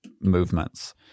movements